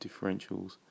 differentials